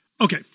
Okay